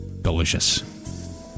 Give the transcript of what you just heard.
Delicious